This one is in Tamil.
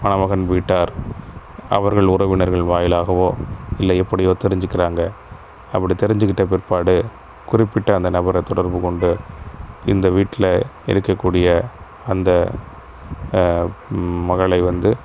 மணமகன் வீட்டார் அவர்கள் உறவினர்கள் வாயிலாகவோ இல்லை எப்படியோ தெரிஞ்சிக்கிறாங்க அப்படி தெரிஞ்சிக்கிட்ட பிற்பாடு குறிப்பிட்ட அந்த நபரை தொடர்புக் கொண்டு இந்த வீட்டில் இருக்கக் கூடிய அந்த மகளை வந்து